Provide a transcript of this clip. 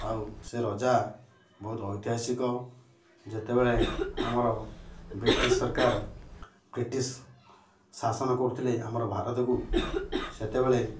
ଆଉ ସେ ରଜା ବହୁତ ଐତିହାସିକ ଯେତେବେଳେ ଆମର ବ୍ରିଟିଶ ସରକାର ବ୍ରିଟିଶ ଶାସନ କରୁଥିଲେ ଆମର ଭାରତକୁ ସେତେବେଳେ